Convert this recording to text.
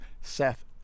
Seth